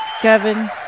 Kevin